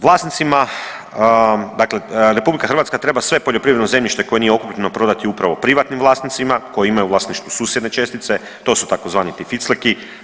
Vlasnicima dakle RH treba sve poljoprivredno zemljište koje nije okrupnjeno prodati upravo privatnim vlasnicima koji imaju u vlasništvu susjedne čestice, to su tzv. ti ficleki.